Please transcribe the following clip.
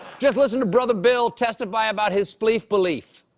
just listen to brother bill testify about his spleef-beliefs.